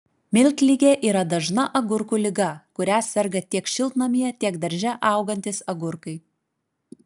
miltligė yra dažna agurkų liga kuria serga tiek šiltnamyje tiek darže augantys agurkai